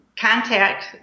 Contact